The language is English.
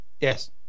yes